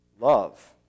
love